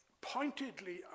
pointedly